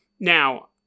Now